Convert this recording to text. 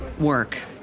work